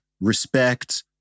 respect